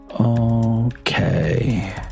Okay